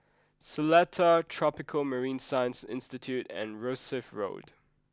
Seletar Tropical Marine Science Institute and Rosyth Road